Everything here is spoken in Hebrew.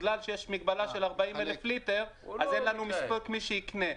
מכיוון שיש מגבלה של 40,000 ליטר אין לנו מי שיקנה מכסות,